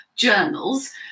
Journals